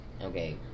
Okay